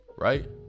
Right